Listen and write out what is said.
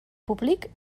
públic